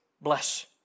bless